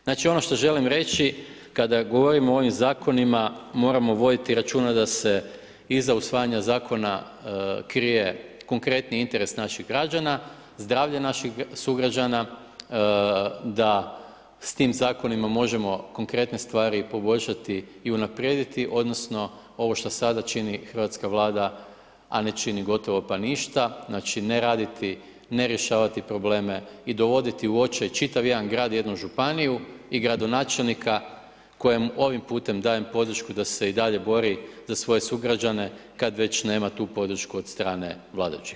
Znači ono što želim reći kada govorimo o ovim zakonima moramo voditi računa da se iza usvajanja zakona krije konkretni interes naših građana, zdravlje naših sugrađana da s tim zakonima možemo konkretne stvari poboljšati i unaprijediti odnosno ovo što sada čini hrvatska Vlada, a ne čini gotovo pa ništa, ne raditi, ne rješavati probleme i dovoditi u očaj čitav jedan grad, jednu županiju i gradonačelnika kojem ovim putem dajem podršku da se i dalje bori za svoje sugrađane kada već nema tu podršku od strane vladajućih.